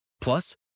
Plus